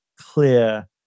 clear